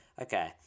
Okay